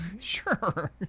Sure